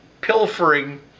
pilfering